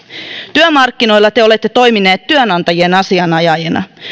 työmarkkinoilla te olette toimineet työnantajien asianajajina